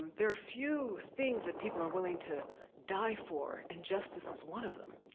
there are few things that people are willing to die for and justice is one of them.